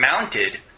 mounted